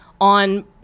on